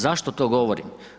Zašto to govorim?